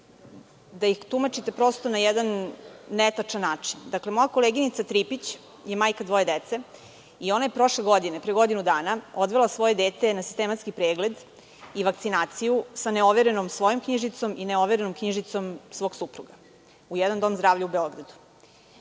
da ih tumačite na jedan netačan način. Moja koleginica Tripić je majka dvoje dece i ona je pre godinu dana odvela svoje dete na sistematski pregled i vakcinaciju sa neoverenom svojom knjižicom i neoverenom knjižicom svog supruga u jedan dom zdravlja u Beogradu.